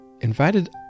invited